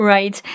Right